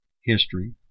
history